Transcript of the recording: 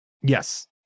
Yes